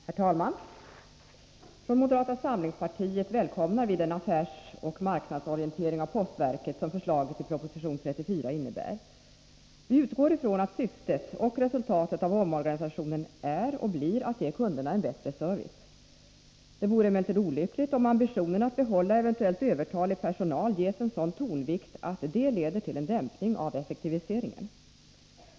Herr talman! Från moderata samlingspartiet välkomnar vi den affärsoch marknadsorientering av postverket som förslaget i proposition 34 innebär. Vi utgår ifrån att syftet med och resultatet av omorganisationen är och blir att ge kunderna en bättre service. Det vore emellertid olyckligt om ambitionen att behålla eventuellt övertalig personal ges en sådan tonvikt, att det leder till en dämpning av effektiviseringen.